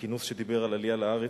בכינוס שדיבר על עלייה לארץ.